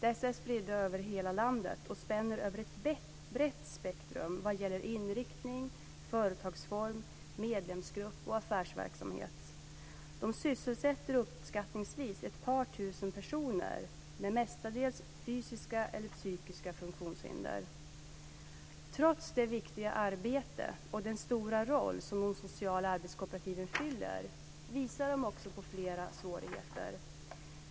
Dessa är spridda över hela landet och spänner över ett brett spektrum vad gäller inriktning, företagsform, medlemsgrupp och affärsverksamhet. De sysselsätter uppskattningsvis ett par tusen personer, med mestadels fysiska eller psykiska funktionshinder. Trots det viktiga arbete och den stora roll som de sociala arbetskooperativen fyller visar de också på flera svårigheter.